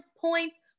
points